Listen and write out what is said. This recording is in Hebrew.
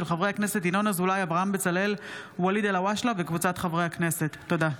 2024. תודה.